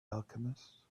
alchemist